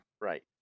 Right